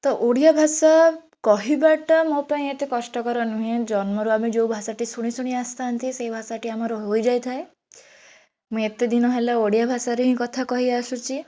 ତ ଓଡ଼ିଆ ଭାଷା କହିବାଟା ମୋ ପାଇଁ ଏତେ କଷ୍ଟକର ନୁହେଁ ଜନ୍ମରୁ ଆମେ ଯେଉଁ ଭାଷାଟି ଶୁଣି ଶୁଣି ଆସିଥାନ୍ତି ସେଇ ଭାଷାଟି ଆମର ହୋଇଯାଇଥାଏ ମୁଁ ଏତେଦିନ ହେଲା ଓଡ଼ିଆ ଭାଷାରେ ହିଁ କଥା କହି ଆସୁଛି